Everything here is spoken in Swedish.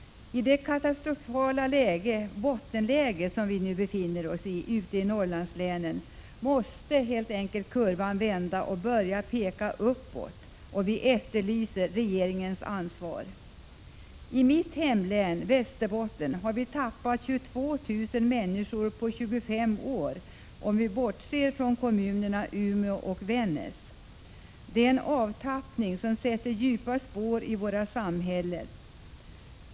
I det katastrofala bottenläge som vi nu befinner oss i uppe i Norrlandslänen måste helt enkelt kurvan vända och börja peka uppåt. Vi efterlyser regeringens ansvar. Mitt hemlän Västerbotten har tappat 22 000 människor på 25 år om vi bortser ifrån kommunerna Umeå och Vännäs. Det är en avtappning som sätter djupa spår i våra samhällen.